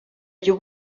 you